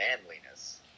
manliness